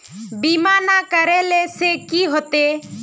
बीमा ना करेला से की होते?